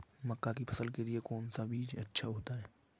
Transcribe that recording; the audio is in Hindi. मक्का की फसल के लिए कौन सा बीज अच्छा होता है?